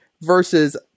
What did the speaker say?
versus